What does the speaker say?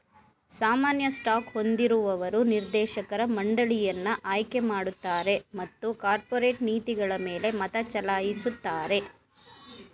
ಸಾಮಾನ್ಯ ಸ್ಟಾಕ್ ಹೊಂದಿರುವವರು ನಿರ್ದೇಶಕರ ಮಂಡಳಿಯನ್ನ ಆಯ್ಕೆಮಾಡುತ್ತಾರೆ ಮತ್ತು ಕಾರ್ಪೊರೇಟ್ ನೀತಿಗಳಮೇಲೆ ಮತಚಲಾಯಿಸುತ್ತಾರೆ